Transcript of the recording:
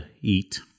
eat